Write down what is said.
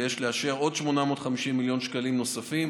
ויש לאשר 850 מיליון שקלים נוספים,